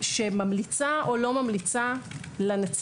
שממליצה או לא ממליצה לנציב